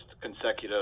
consecutive